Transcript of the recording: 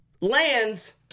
lands